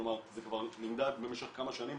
כלומר זה כבר נמדד במשך כמה שנים,